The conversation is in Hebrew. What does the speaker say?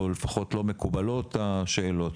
או לפחות לא מקובלות השאלות.